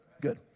Good